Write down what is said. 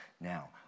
Now